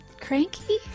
cranky